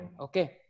Okay